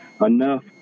enough